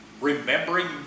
remembering